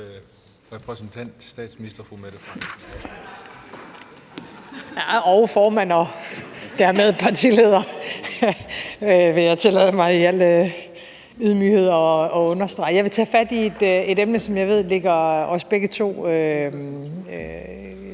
Jeg vil tage fat i et emne, som jeg ved ligger os begge to